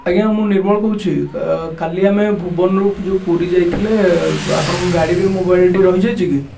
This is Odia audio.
ଆଜ୍ଞା ମୁଁ ନିର୍ମଳ କହୁଛି କ କାଲି ଆମେ ଭୁବନରୁ ଯେଉଁ ପୁରୀ ଯାଇଥିଲେ ଆପଣଙ୍କ ଗାଡ଼ିରେ ମୋବାଇଲ୍ଟି ରହିଯାଇଛି କି